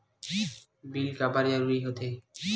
Bill काबर जरूरी होथे?